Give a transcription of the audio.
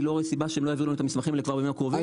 אני לא רואה סיבה שהם לא יעבירו לנו את המסמכים בימים הקרובים.